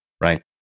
right